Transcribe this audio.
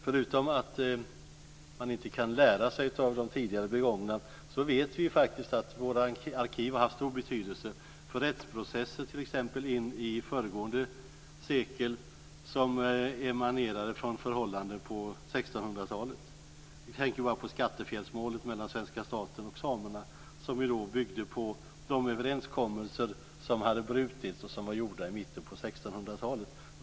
Förutom att man inte kan lära sig av de tidigare begångna misstagen vet vi faktiskt att våra arkiv haft stor betydelse för t.ex. rättsprocesser in i föregående sekel som emanerade i förhållanden på 1600-talet. Vi kan bara tänka på Skattefjällsmålet mellan svenska staten och samerna som byggde på de överenskommelser som hade brutits och som var gjorda i mitten på 1600-talet.